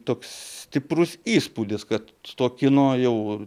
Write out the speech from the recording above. toks stiprus įspūdis kad to kino jau